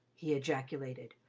he ejaculated,